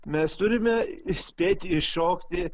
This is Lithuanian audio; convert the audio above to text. mes turime spėti įšokti